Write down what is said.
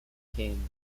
king